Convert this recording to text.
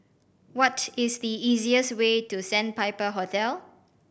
what is the easiest way to Sandpiper Hotel